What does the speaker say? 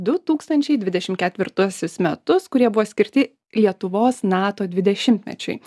du tūkstančiai dvidešim ketvirtuosius metus kurie buvo skirti lietuvos nato dvidešimtmečiui